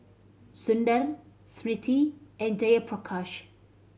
Sundar Smriti and Jayaprakash